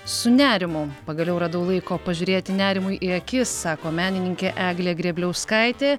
su nerimu pagaliau radau laiko pažiūrėti nerimui į akis sako menininkė eglė grėbliauskaitė